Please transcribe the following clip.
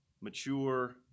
mature